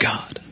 God